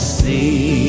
see